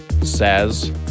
says